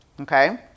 Okay